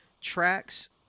tracks